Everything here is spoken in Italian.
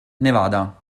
nevada